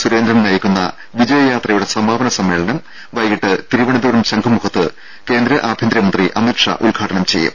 സുരേന്ദ്രൻ നയിക്കുന്ന വിജയ യാത്രയുടെ സമാപന സമ്മേളനം ഇന്ന് വൈകിട്ട് തിരുവനന്തപുരത്ത് ശംഖുമുഖത്ത് കേന്ദ്ര ആഭ്യന്തര മന്ത്രി അമിത്ഷാ ഉദ്ഘാടനം ചെയ്യും